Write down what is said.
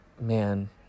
man